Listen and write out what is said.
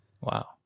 wow